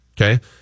Okay